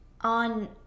On